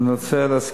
תודה, אדוני היושב-ראש.